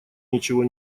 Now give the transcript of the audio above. ничего